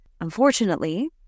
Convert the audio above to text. Unfortunately